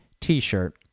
T-shirt